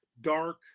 dark